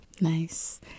Nice